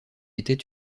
était